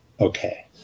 Okay